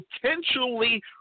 potentially